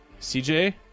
CJ